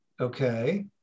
Okay